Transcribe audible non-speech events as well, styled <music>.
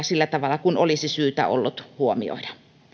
<unintelligible> sillä tavalla kuin olisi ollut syytä huomioida